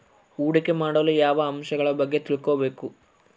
ಹೂಡಿಕೆ ಮಾಡಲು ಯಾವ ಅಂಶಗಳ ಬಗ್ಗೆ ತಿಳ್ಕೊಬೇಕು?